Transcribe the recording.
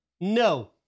No